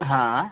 हा